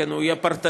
הוא יהיה פרטני,